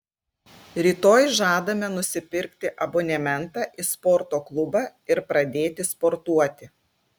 rytoj žadame nusipirkti abonementą į sporto klubą ir pradėti sportuoti